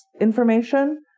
information